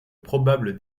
probable